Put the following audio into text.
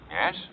Yes